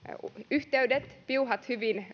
yhteydet piuhat